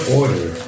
order